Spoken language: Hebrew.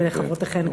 ולחברותיכם.